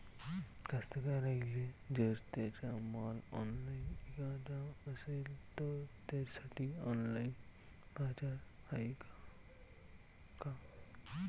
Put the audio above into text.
कास्तकाराइले जर त्यांचा माल ऑनलाइन इकाचा असन तर त्यासाठी ऑनलाइन बाजार हाय का?